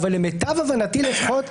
אבל למיטב הבנתי לפחות,